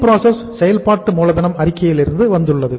WIP செயல்பாட்டு மூலதனம் அறிக்கையிலிருந்து வந்துள்ளது